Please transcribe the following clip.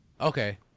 Okay